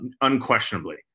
unquestionably